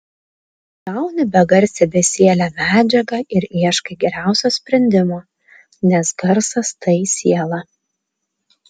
gauni begarsę besielę medžiagą ir ieškai geriausio sprendimo nes garsas tai siela